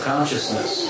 Consciousness